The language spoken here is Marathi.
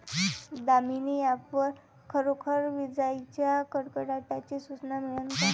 दामीनी ॲप वर खरोखर विजाइच्या कडकडाटाची सूचना मिळन का?